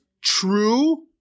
true